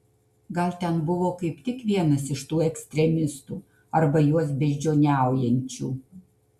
gal ten buvo kaip tik vienas iš tų ekstremistų arba juos beždžioniaujančių